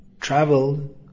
traveled